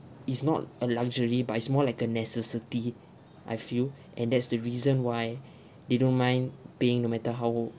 is not a luxury but it's more like a necessity I feel and that's the reason why they don't mind paying no matter how